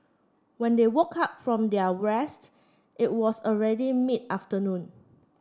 when they woke up from their rest it was already mid afternoon